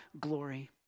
glory